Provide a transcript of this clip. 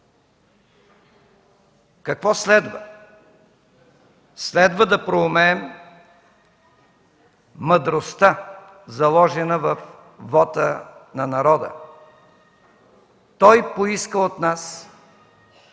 какво следва? Следва да проумеем мъдростта, заложена във вота на народа. Той поиска от нас